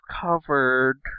covered